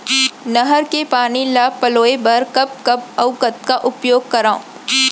नहर के पानी ल पलोय बर कब कब अऊ कतका उपयोग करंव?